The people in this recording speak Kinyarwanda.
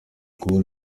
cool